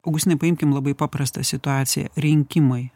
augustinai paimkim labai paprastą situaciją rinkimai